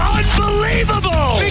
unbelievable